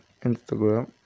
instagram